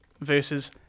versus